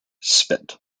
spit